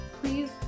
please